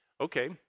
okay